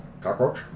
Cockroach